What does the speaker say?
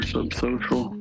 Subsocial